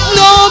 no